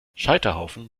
scheiterhaufen